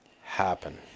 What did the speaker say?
happen